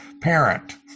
parent